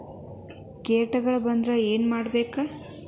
ಕೇಟಗಳ ಬಂದ್ರ ಏನ್ ಮಾಡ್ಬೇಕ್?